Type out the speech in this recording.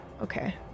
Okay